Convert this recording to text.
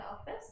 office